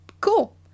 cool